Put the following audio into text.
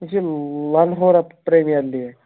سُہ چھُ لدہورا پریمیر لیٖگ